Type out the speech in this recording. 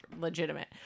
legitimate